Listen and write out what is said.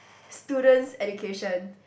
students education